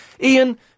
Ian